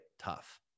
tough